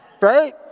right